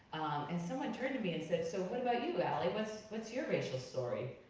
and someone turned to me and said, so what about you ali? what's what's your racial story?